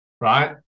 right